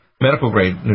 medical-grade